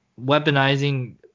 weaponizing